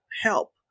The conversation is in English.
help